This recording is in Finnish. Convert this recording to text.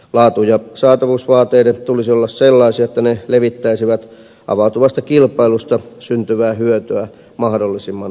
laatu ja saatavuusvaateiden tulisi olla sellaisia että ne levittäisivät avautuvasta kilpailusta syntyvää hyötyä mahdollisimman laajalti